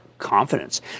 confidence